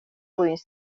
wounds